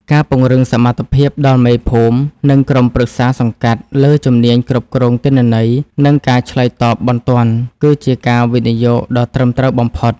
ការពង្រឹងសមត្ថភាពដល់មេភូមិ និងក្រុមប្រឹក្សាសង្កាត់ លើជំនាញគ្រប់គ្រងទិន្នន័យ និងការឆ្លើយតបបន្ទាន់ គឺជាការវិនិយោគដ៏ត្រឹមត្រូវបំផុត។